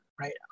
Right